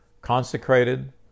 consecrated